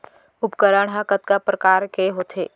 उपकरण हा कतका प्रकार के होथे?